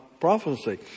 prophecy